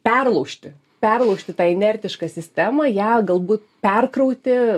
perlaužti perlaužti tą inertišką sistemą ją galbūt perkrauti